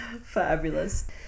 Fabulous